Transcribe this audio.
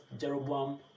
Jeroboam